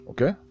Okay